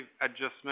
adjustment